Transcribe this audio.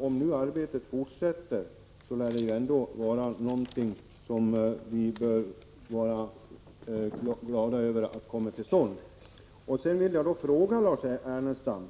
Om nu arbetet fortsätter, lär det ändå vara något som vi bör vara glada över har kommit till stånd. Sedan vill jag då fråga Lars Ernestam,